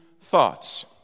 thoughts